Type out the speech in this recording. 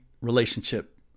relationship